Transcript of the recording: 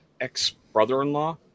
ex-brother-in-law